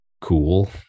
cool